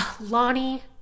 Lonnie